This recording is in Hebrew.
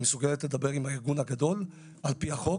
היא מסוגלת לדבר עם הארגון הגדול על פי החוק,